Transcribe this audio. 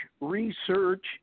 research